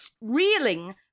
reeling